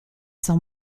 sans